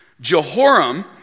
Jehoram